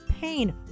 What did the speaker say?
pain